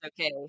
okay